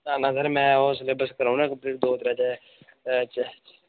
ना ना सर मैं ओह् सिलेबस कराई ओड़ना कम्लीट पूरा द'ऊं त्रै दिनें च